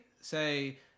say